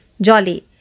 Jolly